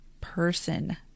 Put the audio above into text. person